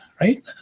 right